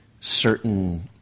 certain